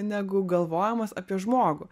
negu galvojimas apie žmogų